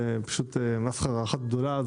זה פשוט מסחרה אחת גדולה.